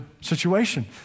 situation